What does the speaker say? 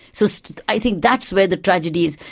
so so i think that's where the tragedy is.